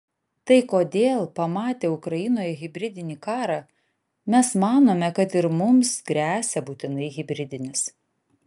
tai kodėl pamatę ukrainoje hibridinį karą mes manome kad ir mums gresia būtinai hibridinis